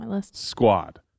squad